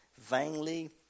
vainly